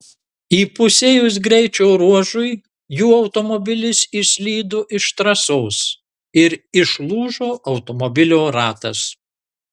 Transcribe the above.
įpusėjus greičio ruožui jų automobilis išslydo iš trasos ir išlūžo automobilio ratas